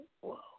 Whoa